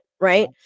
Right